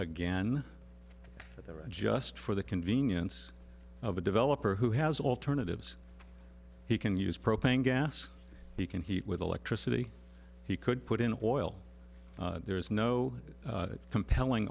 again just for the convenience of a developer who has alternatives he can use propane gas he can heat with electricity he could put in oil there is no compelling